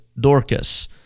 Dorcas